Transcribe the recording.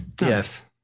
yes